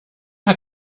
hat